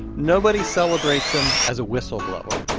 nobody celebrates him as a whistleblower.